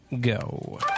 go